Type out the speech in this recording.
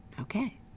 Okay